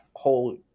whole